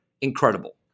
incredible